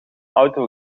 auto